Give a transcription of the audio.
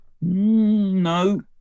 No